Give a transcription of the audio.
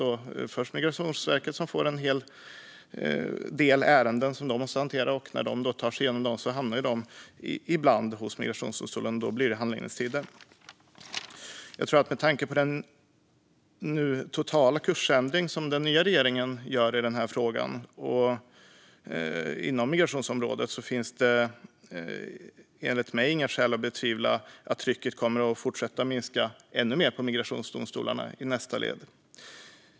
Först är det Migrationsverket som får en hel del ärenden som de måste hantera. När Migrationsverket har tagit sig igenom dem hamnar de ibland hos migrationsdomstolarna, och då kan det bli långa handläggningstider. Med tanke på den totala kursändring som den nya regeringen gör i denna fråga inom migrationsområdet finns det enligt mig inga skäl att betvivla att trycket på migrationsdomstolarna kommer att fortsätta att minska ännu mer i nästa led.